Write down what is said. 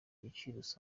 giciro